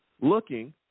looking